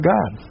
God